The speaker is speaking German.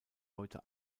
heute